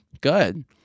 Good